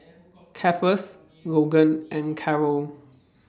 Cephus Logan and Karel